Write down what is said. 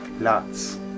Lots